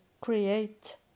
create